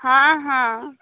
ହଁ ହଁ